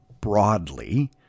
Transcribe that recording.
broadly